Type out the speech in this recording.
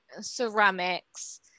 ceramics